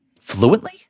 Fluently